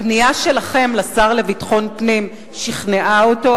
הפנייה שלכם לשר לביטחון פנים שכנעה אותו,